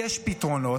יש פתרונות,